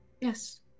Yes